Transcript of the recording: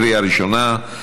קריאה ראשונה,